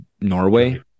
Norway